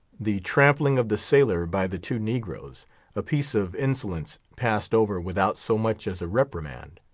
the trampling of the sailor by the two negroes a piece of insolence passed over without so much as a reprimand.